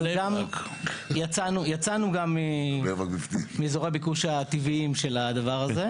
אבל יצאנו גם מאזורי הביקוש הטבעיים של הדבר הזה.